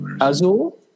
Azul